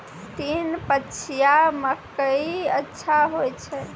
तीन पछिया मकई अच्छा होय छै?